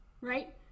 right